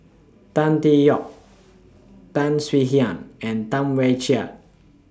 Tan Tee Yoke Tan Swie Hian and Tam Wai Jia